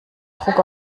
druck